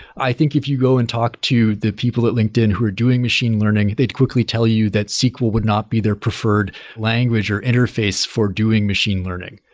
i think if you go and talk to the people at linkedin who are doing machine learning, they'd quickly tell you that sql would not be their preferred language, or interface for doing machine learning.